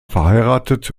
verheiratet